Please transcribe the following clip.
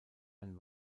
ein